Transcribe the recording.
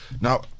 Now